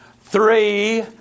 three